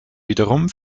wiederum